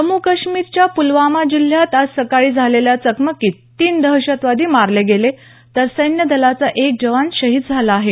जम्मू काश्मीरच्या पुलवामा जिल्ह्यात आज सकाळी झालेल्या चकमकीत तीन दहशतवादी मारले गेले तर सैन्य दलाचा एक जवान शहीद झाला आहे